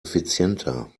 effizienter